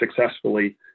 successfully